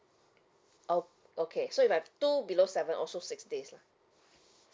oh okay so if I have two below seven also six days lah